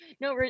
No